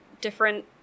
different